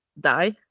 die